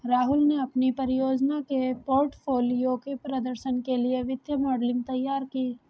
राहुल ने अपनी परियोजना के पोर्टफोलियो के प्रदर्शन के लिए वित्तीय मॉडलिंग तैयार की